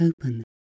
open